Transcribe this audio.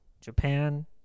japan